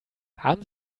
haben